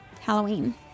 Halloween